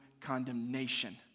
condemnation